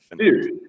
Dude